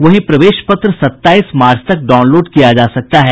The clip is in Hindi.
वहीं प्रवेश पत्र सत्ताईस मार्च तक डाउनलोड किया जा सकता है